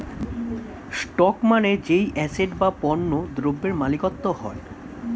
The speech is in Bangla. স্টক মানে যেই অ্যাসেট বা পণ্য দ্রব্যের মালিকত্ব হয়